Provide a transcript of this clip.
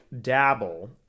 dabble